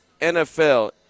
NFL